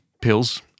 pills